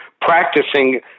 practicing